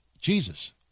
Jesus